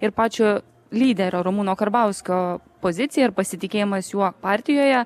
ir pačio lyderio ramūno karbauskio pozicija ir pasitikėjimas juo partijoje